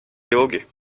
ilgi